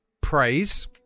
praise